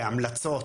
בהמלצות.